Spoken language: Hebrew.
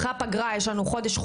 אחרי הפגרה יש לנו חודש-חודשיים.